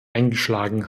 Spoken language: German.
eingeschlagen